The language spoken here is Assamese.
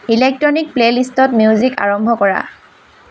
ইলেক্ট্ৰ'নিক প্লে'লিষ্টত মিউজিক আৰম্ভ কৰা